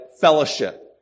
fellowship